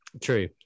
True